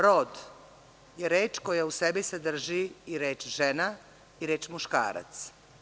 Rod je reč koja u sebi sadrži i reč žena i reč muškarac.